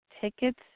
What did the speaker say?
tickets